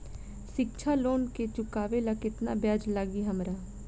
शिक्षा लोन के चुकावेला केतना ब्याज लागि हमरा?